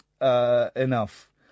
Enough